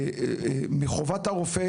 מחובת הרופא